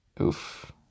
Oof